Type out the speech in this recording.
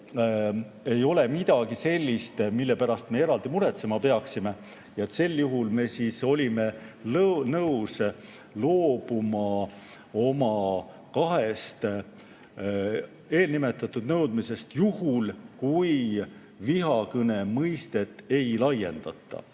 ei ole midagi sellist, mille pärast me eraldi muretsema peaksime. Sel juhul me siis olime nõus loobuma oma kahest eelnimetatud nõudmisest, juhul kui vihakõne mõistet ei laiendata.